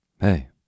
Hey